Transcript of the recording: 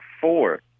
four